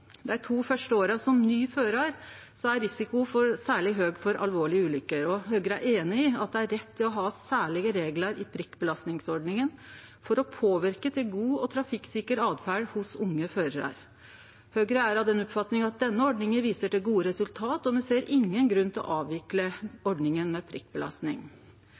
Dei to fyrste åra som ny førar er risikoen særleg høg for alvorlege ulukker. Høgre er einig i at det er rett å ha særlege reglar i prikkbelastingsordninga for å påverke til god og trafikksikker åtferd hos unge førarar. Høgre er av den oppfatninga at denne ordninga viser til gode resultat, og me ser ingen grunn til å avvikle ordninga med